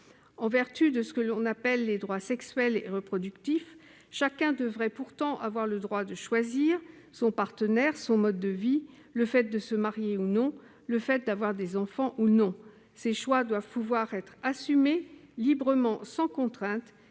En vertu de ce que l'on appelle « les droits sexuels et reproductifs », chacun devrait avoir le droit de choisir son partenaire, son mode de vie, de se marier ou non, d'avoir ou non des enfants ... Ces choix doivent pouvoir être assumés librement, sans contrainte